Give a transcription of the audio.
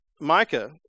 Micah